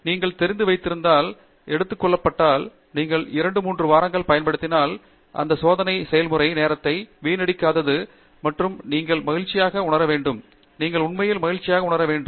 நீங்கள் தெரிந்து வைத்திருந்தால் எடுத்துக் கொள்ளப்பட்டால் நீங்கள் 2 3 வாரங்கள் பயன்படுத்தினால் அந்த சோதனை செயல்முறை நேரத்தை வீணடிக்காதது மற்றும் நீங்கள் மகிழ்ச்சியாக உணர வேண்டும் நீங்கள் உண்மையிலேயே மகிழ்ச்சியாக உணர வேண்டும்